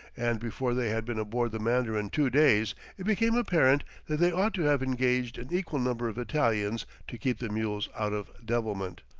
and before they had been aboard the mandarin two days it became apparent that they ought to have engaged an equal number of italians to keep the mules out of devilment.